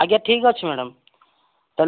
ଆଜ୍ଞା ଠିକ୍ ଅଛି ମ୍ୟାଡ଼ାମ୍ ହେଲେ